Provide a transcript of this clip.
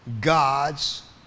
God's